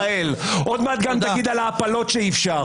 עוד מעט גם תגיד על ההפלות שאי אפשר.